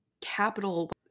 capital